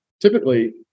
Typically